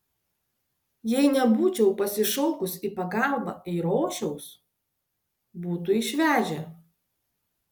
jei nebūčiau pasišaukus į pagalbą eirošiaus būtų išvežę